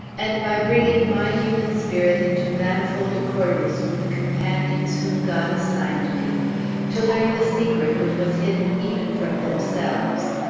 and by bringing my human spirit into manifold accordance with the companions whom god assigned me to learn the secret which was hidden even from themselves.